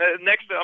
Next